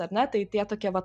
ar ne tai tie tokie vat